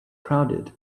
crowded